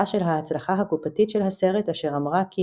של ההצלחה הקופתית של הסרט אשר אמרה כי